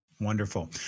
Wonderful